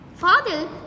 Father